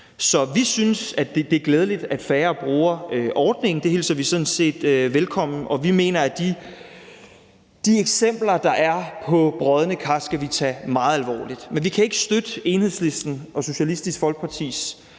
Så vi synes, at det er glædeligt, at færre bruger ordningen. Det hilser vi sådan set velkommen, og vi mener, at de eksempler på brodne kar, der er, skal vi tage meget alvorligt. Men vi kan ikke støtte og Enhedslisten og Socialistisk Folkepartis